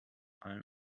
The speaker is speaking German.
allen